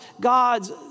God's